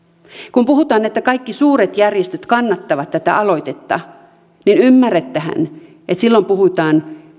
kun puhutaan että kaikki suuret järjestöt kannattavat tätä aloitetta niin ymmärrättehän että silloin puhutaan